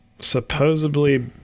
Supposedly